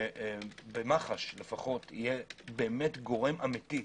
ושבמח"ש לפחות יהיה גורם אמיתי.